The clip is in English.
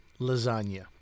lasagna